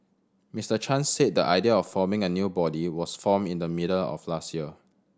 Mister Chan said the idea of forming a new body was formed in the middle of last year